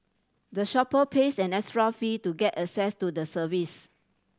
the shopper pays an extra fee to get access to the service